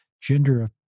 gender